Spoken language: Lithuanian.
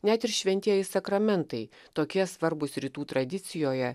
net ir šventieji sakramentai tokie svarbūs rytų tradicijoje